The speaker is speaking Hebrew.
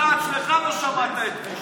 אתה עצמך לא שמעת את קיש.